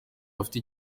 bafite